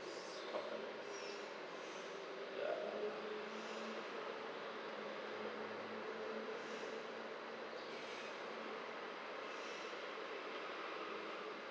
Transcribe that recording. ya